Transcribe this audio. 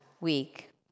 week